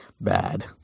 bad